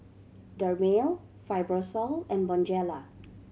Dermale Fibrosol and Bonjela